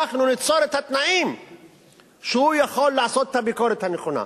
אנחנו ניצור את התנאים שהוא יכול לעשות את הביקורת הנכונה.